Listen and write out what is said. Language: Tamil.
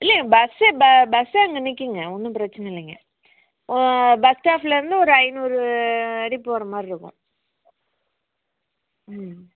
இல்லை பஸ் ப பஸ் ஸ்டாண்ட்ல நிற்குங்க ஒன்றும் பிரச்சனை இல்லைங்க பஸ் ஸ்டாப்லேருந்து ஒரு ஐநூறு அடி போகிறமாரி இருக்கும்